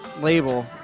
label